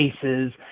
cases